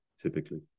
typically